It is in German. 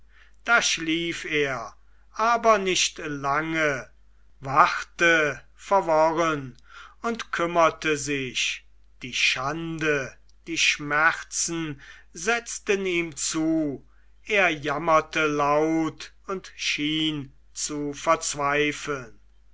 da schlief er aber nicht lange wachte verworren und kümmerte sich die schande die schmerzen setzten ihm zu er jammerte laut und schien zu verzweifeln